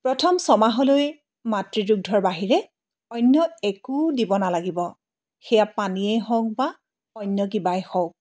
প্ৰথম ছমাহলৈ মাতৃদুগ্ধৰ বাহিৰে অন্য একো দিব নালাগিব সেয়া পানীয়েই হওক বা অন্য কিবাই হওক